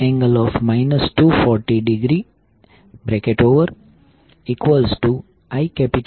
5 j0